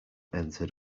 entered